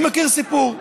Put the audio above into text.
אני מכיר סיפור: